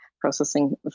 processing